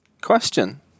question